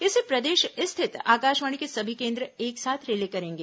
इसे प्रदेश स्थित आकाशवाणी के सभी केंद्र एक साथ रिले करेंगे